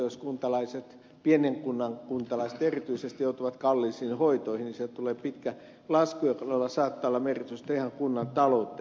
jos kuntalaiset pienen kunnan kuntalaiset erityisesti joutuvat kalliisiin hoitoihin niin sieltä tulee pitkä lasku jolla todella saattaa olla merkitystä ihan kunnan talouteen